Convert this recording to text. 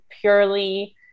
purely